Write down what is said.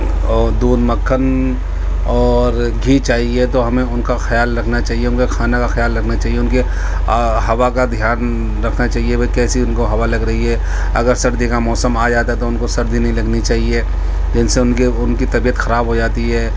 اور دودھ مکھن اور گھی چاہیے تو ہمیں ان کا خیال رکھنا چاہیے ان کے کھانا کا کھیال رکھنا چاہیے ان کی ہوا کا دھیان رکھنا چاہیے بھائی کیسی ان کو ہوا لگ رہی ہے اگر سردی کا موسم آ جاتا ہے تو ان کو سردی نہیں لگنی چاہیے جن سے ان کے ان کی طبیعت خراب ہو جاتی ہے